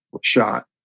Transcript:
shot